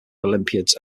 olympiads